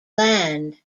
land